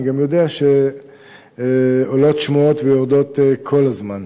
אני גם יודע שעולות שמועות ויורדות כל הזמן.